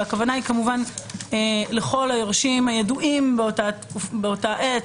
והכוונה היא כמובן לכל היורשים הידועים באותה עת.